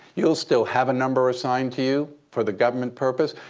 you'll still have a number assigned to you for the government purpose.